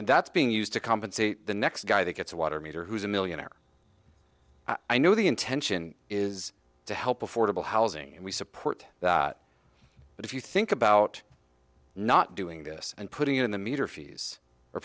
that's being used to compensate the next guy that gets a water meter who's a millionaire i know the intention is to help affordable housing and we support that but if you think about not doing this and putting in the meter fees